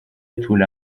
توله